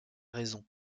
raison